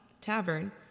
tavern